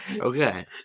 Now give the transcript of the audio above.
Okay